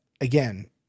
Again